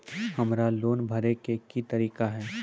हमरा लोन भरे के की तरीका है?